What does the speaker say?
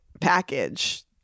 package